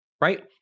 right